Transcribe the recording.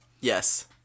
yes